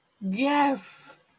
Yes